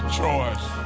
choice